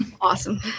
Awesome